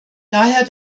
daher